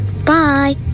Bye